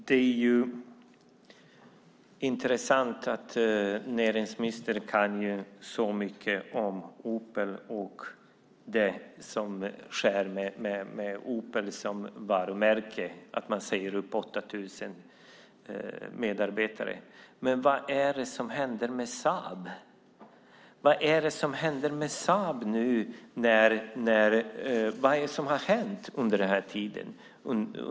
Fru talman! Det är intressant att näringsministern kan så mycket om Opel och det som sker med Opel som varumärke. Man säger upp 8 000 medarbetare. Men vad är det som händer med Saab? Vad är det som har hänt under krisen?